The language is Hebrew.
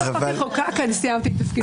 אם החוק יחוקק אני סיימתי את תפקידי.